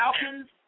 Falcons